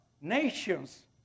nations